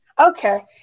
Okay